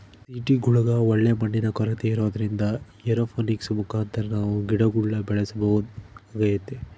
ಸಿಟಿಗುಳಗ ಒಳ್ಳೆ ಮಣ್ಣಿನ ಕೊರತೆ ಇರೊದ್ರಿಂದ ಏರೋಪೋನಿಕ್ಸ್ ಮುಖಾಂತರ ನಾವು ಗಿಡಗುಳ್ನ ಬೆಳೆಸಬೊದಾಗೆತೆ